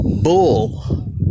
bull